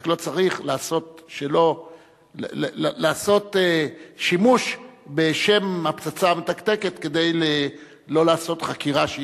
רק לא צריך לעשות שימוש בשם הפצצה המתקתקת כדי לא לעשות חקירה,